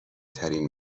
ترین